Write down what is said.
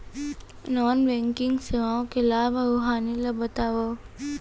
non banking सेवाओं के लाभ अऊ हानि ला बतावव